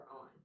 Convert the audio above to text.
on